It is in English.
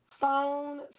phone